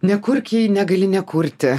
nekurk negali nekurti